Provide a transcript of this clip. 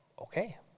okay